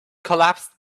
collapsed